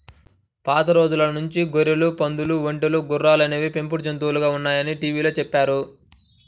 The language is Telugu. పాత రోజుల నుంచి గొర్రెలు, పందులు, ఒంటెలు, గుర్రాలు అనేవి పెంపుడు జంతువులుగా ఉన్నాయని టీవీలో చెప్పారు